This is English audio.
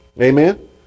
Amen